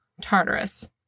tartarus